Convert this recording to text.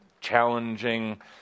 challenging